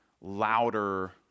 louder